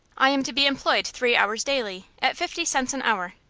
i am to be employed three hours daily, at fifty cents an hour.